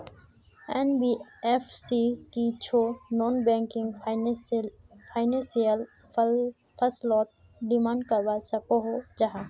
NBFC की छौ non banking financial फसलोत डिमांड करवा सकोहो जाहा?